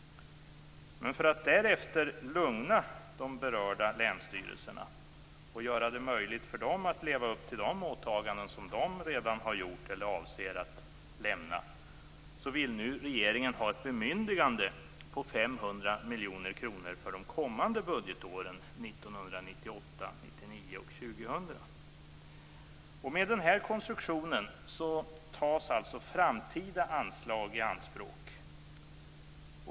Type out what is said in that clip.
För att därefter lugna de berörda länsstyrelserna och göra det möjligt för dem att leva upp till de åtaganden som de redan har gjort eller avser att göra vill regeringen nu ha ett bemyndigande på 500 miljoner kronor för de kommande budgetåren 1998, 1999 och Med den här konstruktionen tas alltså framtida anslag i anspråk.